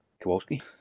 Kowalski